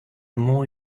more